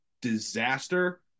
disaster